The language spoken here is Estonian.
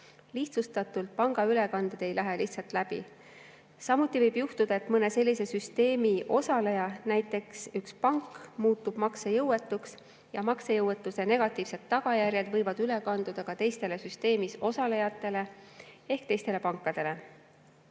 lihtsustatult öeldes pangaülekanded ei lähe lihtsalt läbi. Samuti võib juhtuda, et mõni sellises süsteemis osaleja, näiteks üks pank, muutub maksejõuetuks ja maksejõuetuse negatiivsed tagajärjed võivad üle kanduda teistele süsteemis osalejatele ehk teistele pankadele. Eelnõu